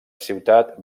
ciutat